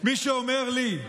מי שאומר לי,